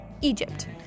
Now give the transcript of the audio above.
Egypt